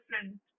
different